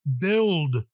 build